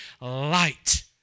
light